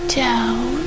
down